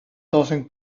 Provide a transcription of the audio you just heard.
dozen